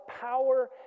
power